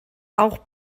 auch